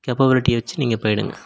கேபபிளிட்டியை வெச்சு நீங்கள் போய்விடுங்க